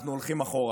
אנחנו הולכים אחורה.